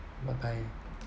bye bye